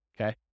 okay